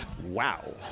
Wow